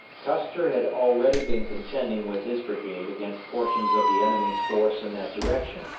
custer had already been contending with his brigade against portions of the enemy's force in that direction,